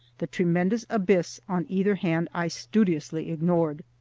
the tremendous abyss on either hand i studiously ignored.